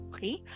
Okay